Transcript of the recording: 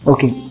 Okay